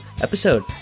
episode